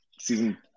season